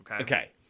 Okay